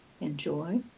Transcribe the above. enjoy